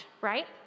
right